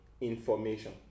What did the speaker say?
information